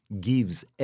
gives